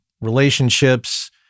relationships